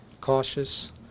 cautious